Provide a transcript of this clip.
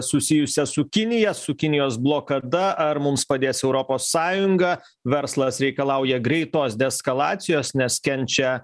susijusią su kinija su kinijos blokada ar mums padės europos sąjunga verslas reikalauja greitos deeskalacijos nes kenčia